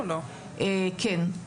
כן.